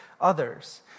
others